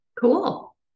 Cool